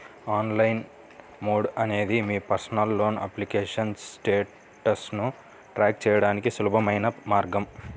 online mode అనేది మీ personal loan application స్టేటస్ను ట్రాక్ చేయడానికి సులభమైన మార్గం